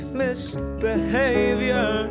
misbehavior